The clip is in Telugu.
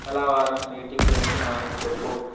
మంగళవారం మీటింగ్ గురించి నాకు చెప్పు